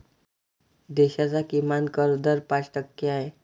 देशाचा किमान कर दर पाच टक्के आहे